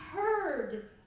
heard